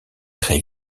très